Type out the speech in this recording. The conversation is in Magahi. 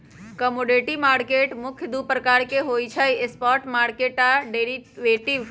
कमोडिटी मार्केट मुख्य दु प्रकार के होइ छइ स्पॉट मार्केट आऽ डेरिवेटिव